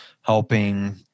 helping